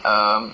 um